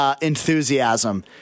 enthusiasm